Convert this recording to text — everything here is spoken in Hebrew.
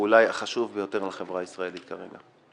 אולי החשוב ביותר לחברה הישראלית כרגע.